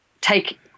take